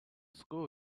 school